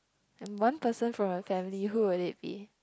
and one person from your family who would it be